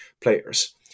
players